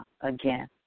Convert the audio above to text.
Again